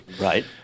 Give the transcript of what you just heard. Right